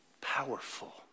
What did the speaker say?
powerful